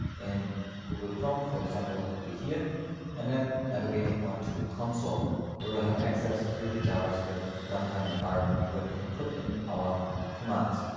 in google chrome, for example, it would be here and then navigating onto the console where we have access to the javascript runtime environment where we can put in our commands.